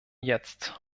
jetzt